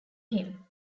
him